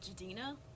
Jadina